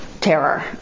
terror